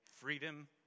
Freedom